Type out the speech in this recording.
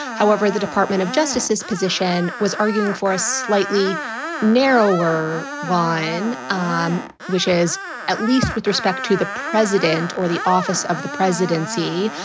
however, the department of justice's position was arguing for a slightly narrower wine, um which is at least with respect to the president or the office of the presidency.